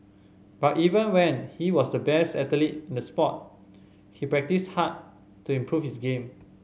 but even when he was the best athlete in the sport he practised hard to improve his game